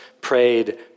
prayed